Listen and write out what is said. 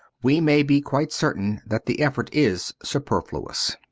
we may be quite certain that the effort is superfluous.